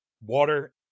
water